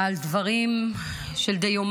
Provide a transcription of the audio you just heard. על דברי דיומא.